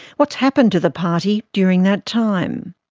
what's happened to the party during that time?